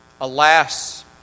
Alas